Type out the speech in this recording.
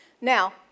Now